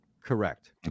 Correct